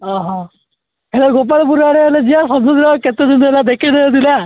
ଓହୋ ହେଲେ ଗୋପାଳପୁର ଆଡ଼େ ହେଲେ ଯିବା ସମୁଦ୍ର କେତେଦିନ ହେଲା ଦେଖିନାହାଁନ୍ତି ନା